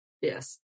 Yes